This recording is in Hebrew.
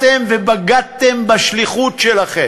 תתביישו לכם.